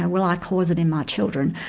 and will i cause it in my children?